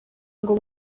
ngo